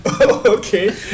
okay